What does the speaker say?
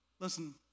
Listen